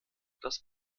das